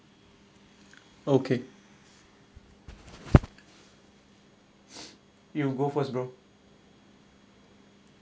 okay you go first bro